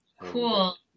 Cool